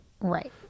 Right